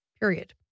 period